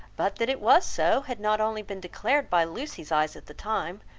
but that it was so, had not only been declared by lucy's eyes at the time,